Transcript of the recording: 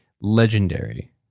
legendary